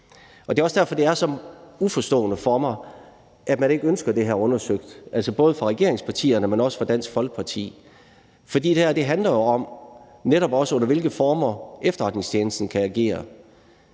Det er også derfor, det er så uforståeligt for mig, at man ikke ønsker det her undersøgt, altså både fra regeringspartiernes, men også fra Dansk Folkepartis side, for det her handler netop også om, under hvilke former efterretningstjenesten kan agere.